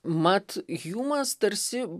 mat hjumas tarsi